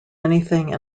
anything